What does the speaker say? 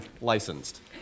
licensed